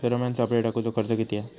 Pheromone सापळे टाकूचो खर्च किती हा?